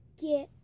get